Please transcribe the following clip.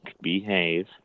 behave